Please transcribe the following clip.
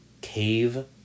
cave